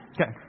Okay